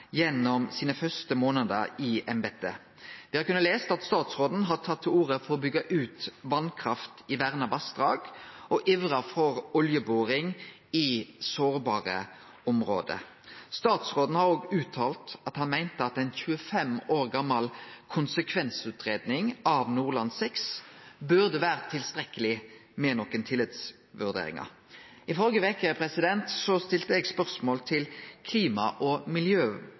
embetet. Vi har kunna lese at stastråden har tatt til orde for å byggje ut vasskraft i verna vassdrag og ivra for oljeboring i sårbare område. Statsråden har òg uttalt at han meinte at ei 25 år gamal konsekvensutgreiing av Nordland VI med nokre tilleggsvurderingar burde vere tilstrekkeleg. I førre veke stilte eg her i spørjetimen spørsmål til klima- og